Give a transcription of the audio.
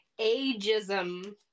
ageism